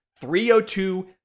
302